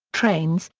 trains,